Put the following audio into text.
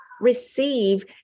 receive